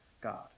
God